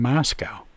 Moscow